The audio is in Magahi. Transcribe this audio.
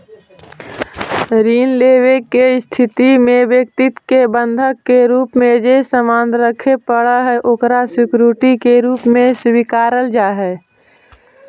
ऋण लेवे के स्थिति में व्यक्ति के बंधक के रूप में जे सामान रखे पड़ऽ हइ ओकरा सिक्योरिटी के रूप में स्वीकारल जा हइ